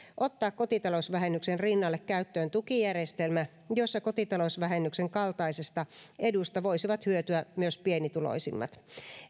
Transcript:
ottaa kotitalousvähennyksen rinnalle käyttöön tukijärjestelmä jossa kotitalousvähennyksen kaltaisesta edusta voisivat hyötyä myös pienituloisimmat